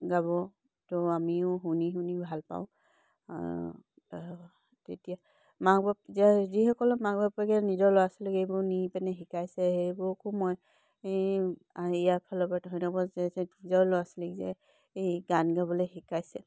গাব ত' আমিও শুনি শুনি ভাল পাওঁ তেতিয়া মাক বাপে যিসকলৰ মাক বাপেকে নিজৰ ল'ৰা ছোৱালীক এইবোৰ নি পিনে শিকাইছে সেইবোৰকো মই ইয়াৰ ফালৰ পৰা ধন্য়বাদ জনাইছোঁ নিজৰ ল'ৰা ছোৱালীক যে এই গান গাবলৈ শিকাইছে